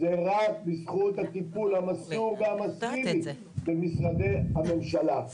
זה רק בזכות הטיפול המסור של משרדי הממשלה.